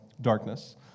darkness